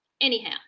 anyhow